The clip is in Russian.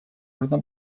можно